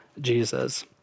Jesus